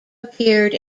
appeared